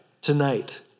tonight